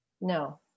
No